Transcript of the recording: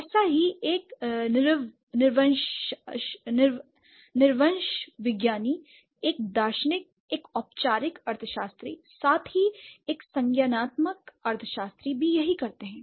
ऐसा ही एक नृवंशविज्ञानी एक दार्शनिक एक औपचारिक अर्थशास्त्री साथ ही एक संज्ञानात्मक अर्थशास्त्री भी यही करते हैं